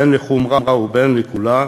בין לחומרה ובין לקולא,